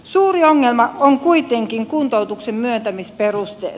suuri ongelma on kuitenkin kuntoutuksen myöntämisperusteet